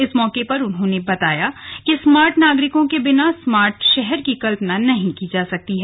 इस मौके पर उन्होंने कहा कि स्मार्ट नागरिकों के बिना स्मार्ट शहर की कल्पना नहीं की जा सकती है